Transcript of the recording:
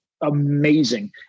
amazing